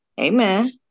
Amen